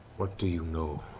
what do you know?